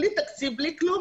בלי תקציב ובלי כלום,